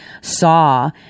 saw